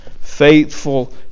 faithful